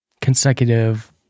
consecutive